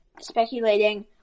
speculating